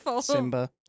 Simba